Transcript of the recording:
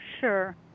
sure